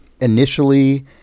initially